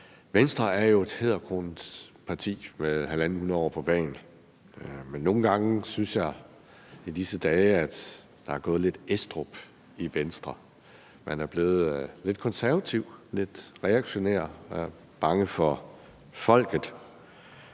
Venstre er jo et hæderkronet parti med halvandet hundrede år på bagen, men nogle gange synes jeg i disse dage, at der er gået lidt Estrup i Venstre. Man er blevet lidt konservativ, lidt reaktionær og bange for folket.